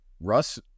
Russ